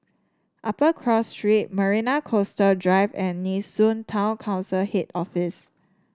Upper Cross Street Marina Coastal Drive and Nee Soon Town Council Head Office